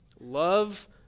love